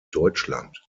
deutschland